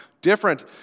different